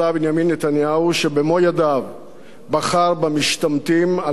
שבמו ידיו בחר במשתמטים על פני המשרתים,